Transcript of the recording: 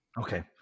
Okay